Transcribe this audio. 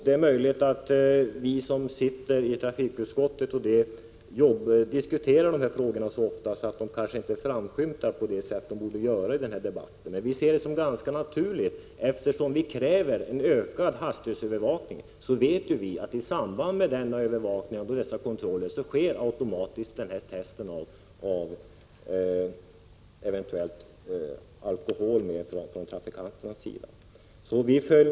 Det är möjligt att vi som sitter i trafikutskottet diskuterar de här frågorna så ofta att de kanske inte framskymtar så som de borde i debatten. Vi ser dessa synpunkter som ganska naturliga. Vi kräver ökad hastighetsövervakning, och vi vet att det i samband med de kontrollerna automatiskt tas alkotestprov.